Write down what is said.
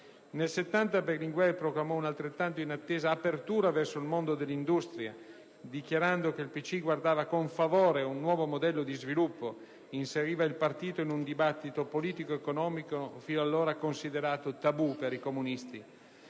Nel 1970 Berlinguer proclamò un'altrettanto inattesa apertura verso il mondo dell'industria: dichiarando che il PCI guardava con favore ad un nuovo modello di sviluppo, inseriva il partito in un dibattito politico-economico fino ad allora considerato tabù per i comunisti.